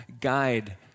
guide